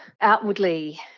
outwardly